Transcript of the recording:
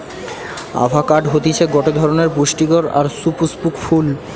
avocado হতিছে গটে ধরণের পুস্টিকর আর সুপুস্পক ফল